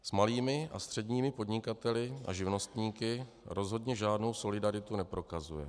S malými a středními podnikateli a živnostníky rozhodně žádnou solidaritu neprokazuje.